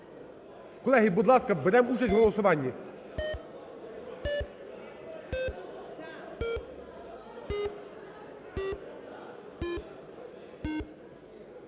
Колеги, будь ласка, беремо участь в голосуванні.